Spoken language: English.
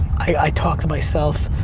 i talk to myself,